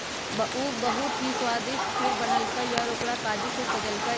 उ बहुत ही स्वादिष्ट खीर बनल कई और ओकरा काजू से सजल कई